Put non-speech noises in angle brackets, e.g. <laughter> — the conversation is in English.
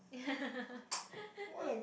<laughs>